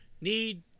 need